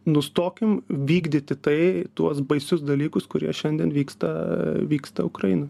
nustokim vykdyti tai tuos baisius dalykus kurie šiandien vyksta vyksta ukrainoj